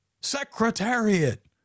Secretariat